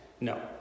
No